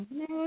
no